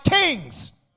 kings